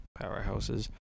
powerhouses